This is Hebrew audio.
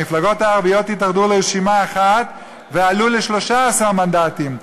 המפלגות הערביות התאחדו לרשימה אחת ועלו ל-13 מנדטים.